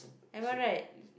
am I right